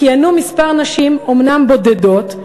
כיהנו כמה נשים, אומנם בודדות,